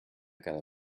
cada